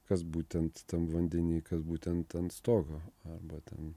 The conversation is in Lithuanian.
kas būtent tam vandeny kas būtent ant stogo arba ten